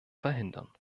verhindern